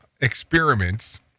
experiments